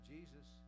Jesus